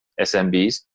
SMBs